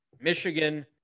Michigan